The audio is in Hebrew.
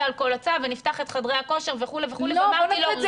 על כל הצו ונפתח את חדרי הכושר וכו' וכו' --- לא,